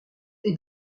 est